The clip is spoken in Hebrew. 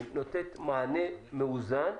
נותנת מענה מאוזן,